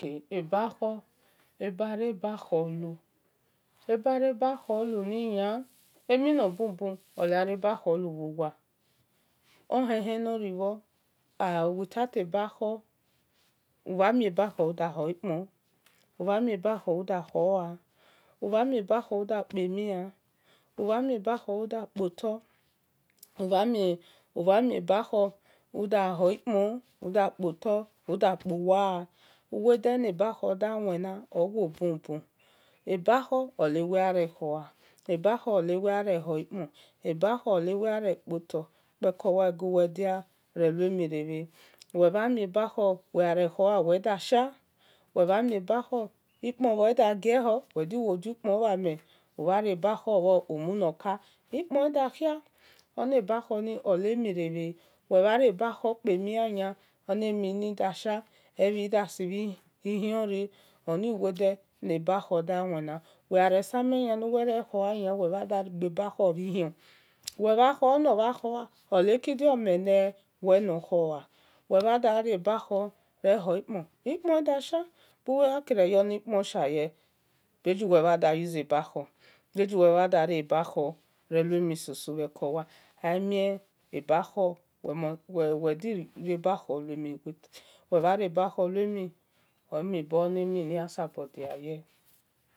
Ebakhor ebare bakhor luni ya emi nor bubu olarebakhorlu bhu wu ohen hen nor ribhor ah with out askhor ubhame bakhor uda hor upon ubha mie bakho uda khoaubha miebakor uda kpemhia ubha mie bakhor uda kpotor ubhamiebakhu uda hokpon uda kpotor uda kpuwu uwode ne bakhor da wino owo bubu ubha mie bakhor ughare khoa uda dhie wel bha mie bakhor ukpo bie gie hor umhan mie bakhor wel da diu kpon hbe ran ukpo yan da khia onebakhor ni ole amirebhe wel bhamie bakhoremi uada shiawel bha mie bakhor abhiya da sabow sibheni hionre wel di yabakhor luemi wel bha rebakhor luemhi amue bonimhini ya sabodiay